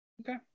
Okay